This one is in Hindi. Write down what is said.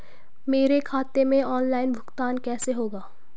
मेरे खाते में ऑनलाइन भुगतान कैसे होगा?